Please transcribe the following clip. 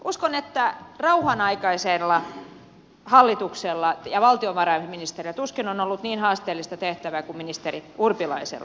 uskon että rauhanaikaisella hallituksella ja valtiovarainministerillä tuskin on ollut niin haasteellista tehtävää kuin ministeri urpilaisella